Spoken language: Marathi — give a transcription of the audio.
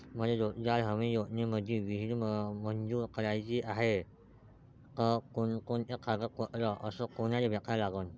मले रोजगार हमी योजनेमंदी विहीर मंजूर कराची हाये त कोनकोनते कागदपत्र अस कोनाले भेटा लागन?